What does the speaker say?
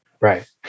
Right